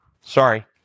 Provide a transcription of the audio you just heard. sorry